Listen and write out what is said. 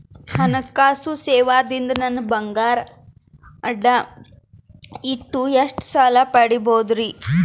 ಹಣಕಾಸು ಸೇವಾ ದಿಂದ ನನ್ ಬಂಗಾರ ಅಡಾ ಇಟ್ಟು ಎಷ್ಟ ಸಾಲ ಪಡಿಬೋದರಿ?